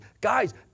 guys